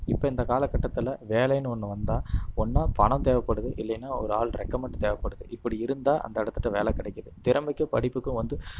இப்போ இந்த கால கட்டத்தில் வேலைன்னு ஒன்று வந்தா ஒன்று பணம் தேவைப்படுது இல்லன்னா ஒரு ஆள் ரெக்கமெண்ட் தேவைப்படுது இப்படி இருந்தா அந்த இடத்துட்ட வேலை கிடைக்கிது திறமைக்கும் படிப்புக்கும் வந்து